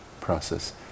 process